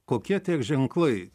kokie tie ženklai